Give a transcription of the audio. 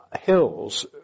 Hills